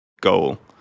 goal